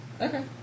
Okay